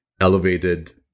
elevated